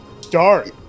Start